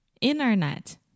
Internet